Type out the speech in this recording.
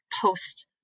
post